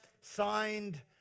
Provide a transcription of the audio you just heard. Signed